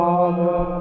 Father